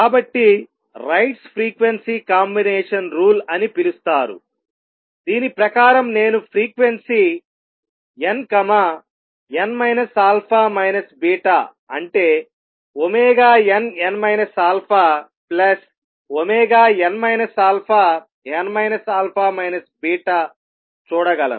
కాబట్టి Ritz frequency combination rule అని పిలుస్తారు దీని ప్రకారం నేను ఫ్రీక్వెన్సీ nn α β అంటే nn αn αn α β చూడగలను